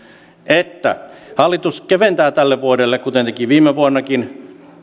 että hallitus keventää tälle vuodelle kuten teki viime vuonnakin